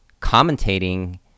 commentating